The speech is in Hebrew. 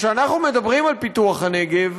כשאנחנו מדברים על פיתוח הנגב